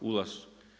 Ulaz.